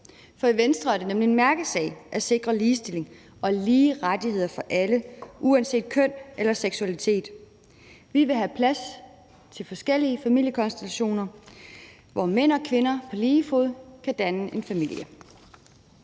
for i Venstre er det nemlig en mærkesag at sikre ligestilling og lige rettigheder for alle uanset køn eller seksualitet. Vi vil have plads til forskellige familiekonstellationer, hvor mænd og kvinder på lige fod kan danne en familie.